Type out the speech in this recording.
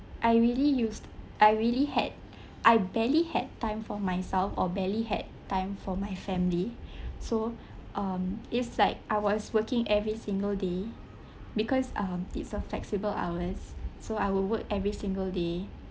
I really used I really had I barely had time for myself or barely had time for my family so um it's like I was working every single day because uh it's a flexible hours so I will work every single day